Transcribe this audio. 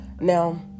Now